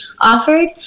offered